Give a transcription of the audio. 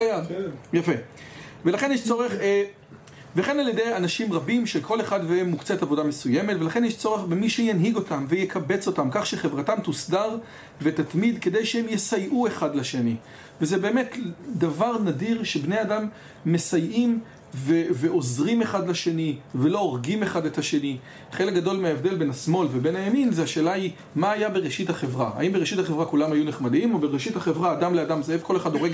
יפה, ולכן יש צורך, וכן על ידי אנשים רבים שלכל אחד מהם מוקצת עבודה מסוימת ולכן יש צורך במי שינהיג אותם ויקבץ אותם, כך שחברתם תוסדר ותתמיד, כדי שהם יסייעו אחד לשני וזה באמת דבר נדיר שבני אדם מסייעים ועוזרים אחד לשני ולא הורגים אחד את השני חלק גדול מההבדל בין השמאל ובין הימין זה השאלה היא, מה היה בראשית החברה האם בראשית החברה כולם היו נחמדים או בראשית החברה אדם לאדם זאב